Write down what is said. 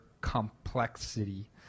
complexity